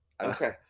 Okay